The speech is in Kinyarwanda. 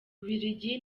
bubiligi